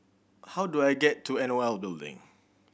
how do I get to NOL Building